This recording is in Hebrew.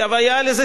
מ-50%